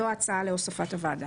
זאת ההצעה להוספת הוועדה.